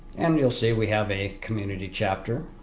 and you'll see we have a community chapter,